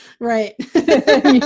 Right